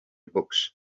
books